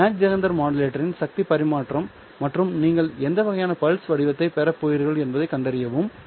Mach Zehnder மாடுலேட்டரின் சக்தி பரிமாற்றம் மற்றும் நீங்கள் எந்த வகையான பல்ஸ் வடிவத்தைப் பெறப் போகிறீர்கள் என்பதைக் கண்டறியவும்